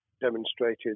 demonstrated